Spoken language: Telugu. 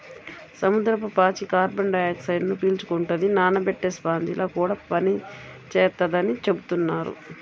సముద్రపు పాచి కార్బన్ డయాక్సైడ్ను పీల్చుకుంటది, నానబెట్టే స్పాంజిలా కూడా పనిచేత్తదని చెబుతున్నారు